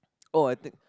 oh I think